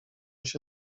się